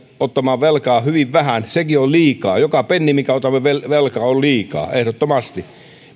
ottamaan velkaa hyvin vähän sekin on liikaa joka penni minkä otamme velkaa on liikaa ehdottomasti